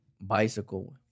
Bicycle